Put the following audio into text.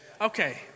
Okay